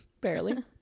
Barely